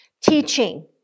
teaching